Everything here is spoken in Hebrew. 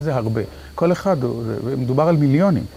זה הרבה. כל אחד, מדובר על מיליונים.